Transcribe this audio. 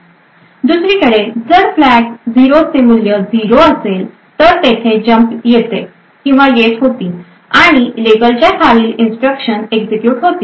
दुसरीकडे जर फ्लॅग 0 चे मूल्य 0 असेल तर तेथे जम्प येते येत होती आणि लेबलच्या खालील इन्स्ट्रक्शन्स एक्झिक्युट होतील